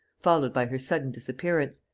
followed by her sudden disappearance.